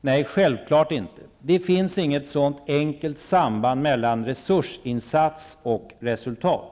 Nej, självklart inte. Det finns inget sådant enkelt samband mellan resursinsats och resultat.